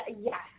yes